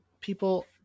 people